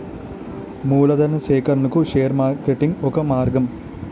మూలధనా సేకరణకు share marketing ఒక మార్గం